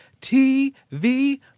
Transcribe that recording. TV